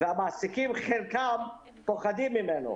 והמעסיקים חלקם פוחדים ממנו.